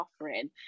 offering